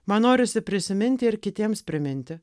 man norisi prisiminti ir kitiems priminti